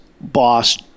boss